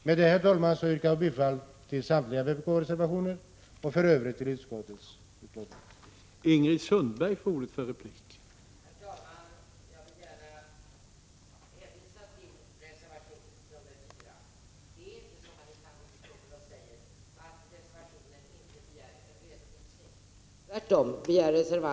Med detta, herr talman, yrkar jag bifall till samtliga vpk-reservationer och i Övrigt till utskottets hemställan.